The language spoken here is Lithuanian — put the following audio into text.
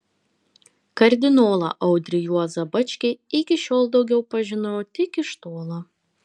kardinolą audrį juozą bačkį iki šiol daugiau pažinojau tik iš tolo